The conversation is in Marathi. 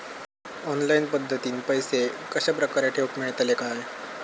ऑनलाइन पद्धतीन पैसे कश्या प्रकारे ठेऊक मेळतले काय?